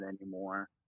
anymore